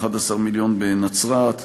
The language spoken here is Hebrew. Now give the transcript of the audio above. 11 מיליון בנצרת,